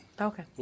Okay